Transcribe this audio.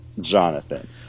Jonathan